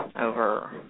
over